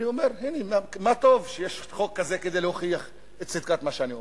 אומר: הנה מה טוב שיש חוק כזה להוכיח את צדקת מה שאני אומר.